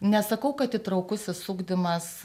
nesakau kad įtraukusis ugdymas